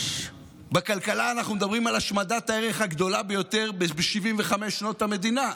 בכלכלה אנחנו מדברים על השמדת הערך הגדולה ביותר ב-75 שנות המדינה.